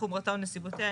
חומרתה או נסיבותיה,